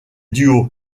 duos